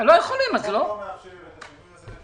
לא נאפשר את השינוי הזה.